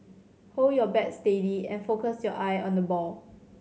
hold your bat steady and focus your eye on the ball